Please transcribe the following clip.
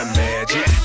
magic